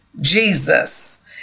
Jesus